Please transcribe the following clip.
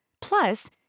Plus